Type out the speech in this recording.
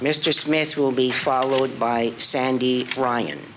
mr smith will be followed by sandy ryan